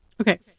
Okay